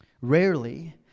Rarely